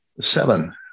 Seven